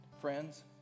friends